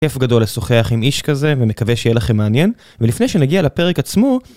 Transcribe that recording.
כיף גדול לשוחח עם איש כזה ומקווה שיהיה לכם מעניין ולפני שנגיע לפרק עצמו